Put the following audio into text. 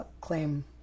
claim